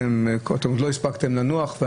ועוד לא הצלחתם לנוח.